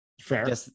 fair